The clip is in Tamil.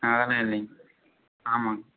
ஆ அதெல்லாம் இல்லைங்க ஆமாங்க